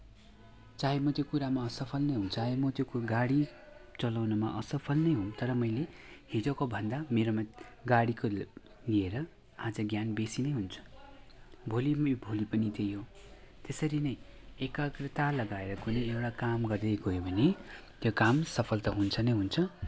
चाहे म त्यो कुरामा असफल नै हौँ चाहे म त्यो गाडी चलाउनमा असफल नै हौँ तर मैले हिजोको भन्दा मेरोमा गाडीको लिएर आज ज्ञान बेसी नै हुन्छ भोलि भोलि पनि त्यही हो त्यसरी नै एकाग्रता लगाएर कुनै एउटा काम गर्दै गयो भने त्यो काम सफल त हुन्छ नै हुन्छ